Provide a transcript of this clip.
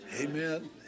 Amen